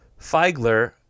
Feigler